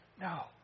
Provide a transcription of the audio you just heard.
No